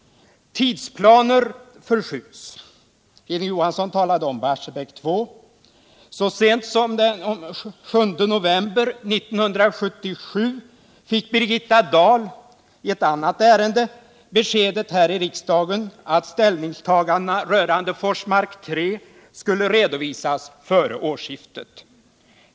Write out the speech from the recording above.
Tidsplaner förskjuts. Hilding Johansson talade om Barsebäck 2. Så sent som den 7 november 1977 fick Birgitta Dahl i ett annat ärende beskedet här i kammaren att ställningstagandena rörande Forsmark 3 skulle redovisas före årsskiftet.